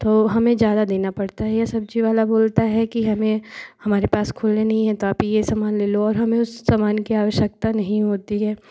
तो हमें ज़्यादा देना पड़ता है या सब्ज़ी वाला बोलता है कि हमें हमारे पास खुला नहीं है तो आप यह सामान ले लो और हमें उसे समान की आवश्यकता नहीं होती है